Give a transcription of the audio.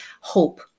hope